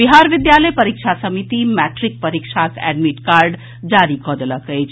बिहार विद्यालय परीक्षा समिति मैट्रिक परीक्षाक एडमिट कार्ड जारी कऽ देलक अछि